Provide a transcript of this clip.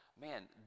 Man